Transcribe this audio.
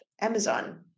Amazon